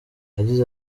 yagize